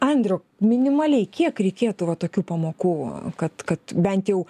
andriau minimaliai kiek reikėtų va tokių pamokų kad kad bent jau